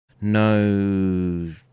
no